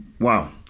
wow